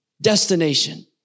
destination